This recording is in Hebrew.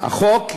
החוק הגביל.